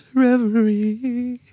reverie